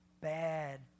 bad